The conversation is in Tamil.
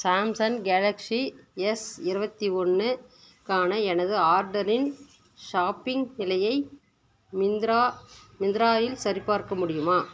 சாம்சங் கேலக்ஸி எஸ் இருபத்தி ஒன்று க்கான எனது ஆர்டரின் ஷாப்பிங் நிலையை மிந்த்ரா மிந்த்ராவில் சரிபார்க்க முடியுமா